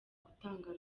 gutanga